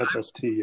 SST